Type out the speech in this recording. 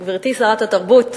גברתי שרת התרבות,